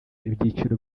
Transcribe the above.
ibyiciro